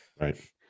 Right